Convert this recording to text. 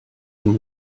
them